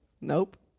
Nope